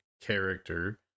character